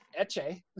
Eche